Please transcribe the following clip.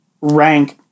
rank